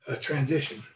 transition